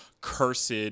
cursed